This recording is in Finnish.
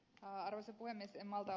arvoisa puhemies